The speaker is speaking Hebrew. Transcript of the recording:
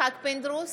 יצחק פינדרוס,